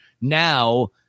now